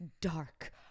dark